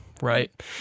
Right